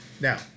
Now